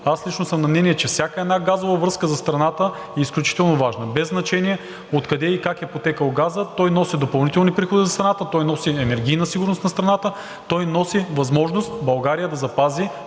аз лично съм на мнение, че всяка една газова връзка за страната е изключително важна, без значение откъде и как е потекъл газът, той носи допълнителни приходи за страната, той носи енергийна сигурност на страната, той носи възможност България да запази